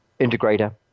integrator